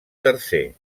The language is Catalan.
tercer